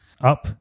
Up